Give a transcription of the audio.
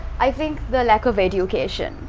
i think the lack of education.